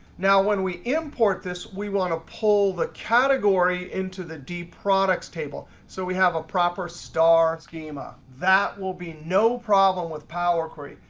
now when we import this, we want to pull the category into the d products table, so we have a proper star schema. that will be no problem with power query.